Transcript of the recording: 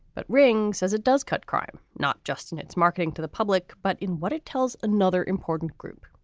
but rings. says it does cut crime not just in its marketing to the public, but in what it tells another important group.